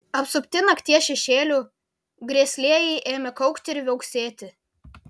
apsupti nakties šešėlių grėslieji ėmė kaukti ir viauksėti